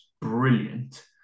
brilliant